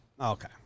Okay